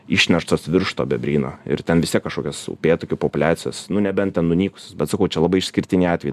išnerštas virš to bebryno ir ten vis tiek kažkokios upėtakių populiacijos nu nebent ten nunykusios bet sakau čia labai išskirtiniai atvejai